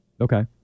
Okay